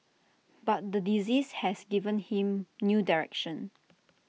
but the disease has given him new direction